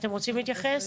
אתם רוצים להתייחס?